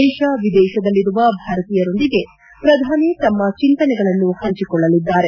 ದೇಶ ವಿದೇಶದಲ್ಲಿರುವ ಭಾರತೀಯರೊಂದಿಗೆ ಪ್ರಧಾನಿ ತಮ್ಮ ಚಿಂತನೆಗಳನ್ನು ಹಂಚಿಕೊಳ್ಳಲಿದ್ದಾರೆ